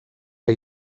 que